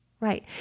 right